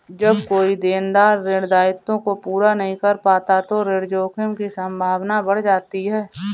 जब कोई देनदार ऋण दायित्वों को पूरा नहीं कर पाता तो ऋण जोखिम की संभावना बढ़ जाती है